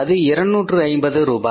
அது 250 ரூபாய்